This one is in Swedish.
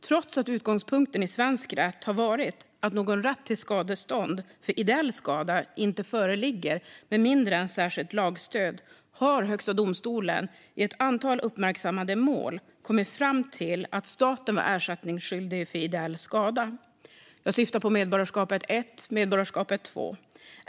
Trots att utgångspunkten i svensk rätt har varit att någon rätt till skadestånd för ideell skada inte föreligger med mindre än att det finns särskilt lagstöd har Högsta domstolen i ett antal uppmärksammade mål kommit fram till att staten varit ersättningsskyldig för ideell skada. Jag syftar på Medborgarskapet I och II.